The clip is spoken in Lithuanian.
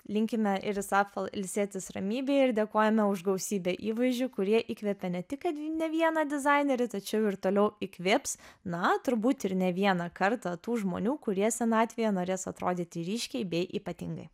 linkime iris apfel ilsėtis ramybėje ir dėkojame už gausybę įvaizdžių kurie įkvepia ne tik kad v ne vieną dizainerį tačiau ir toliau įkvėps na turbūt ir ne vieną kartą tų žmonių kurie senatvėje norės atrodyti ryškiai bei ypatingai